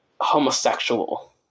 homosexual